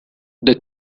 the